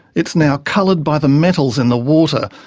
it's now coloured by the metals in the water,